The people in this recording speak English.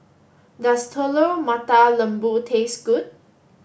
does Telur Mata Lembu taste good